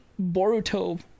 Boruto